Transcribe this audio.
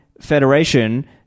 federation